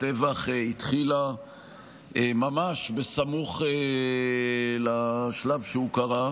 הטבח התחילה ממש סמוך לשלב שבו הוא קרה.